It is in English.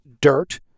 dirt